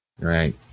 Right